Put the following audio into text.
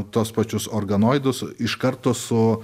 tuos pačius organoidus iš karto su